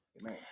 Amen